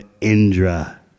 Indra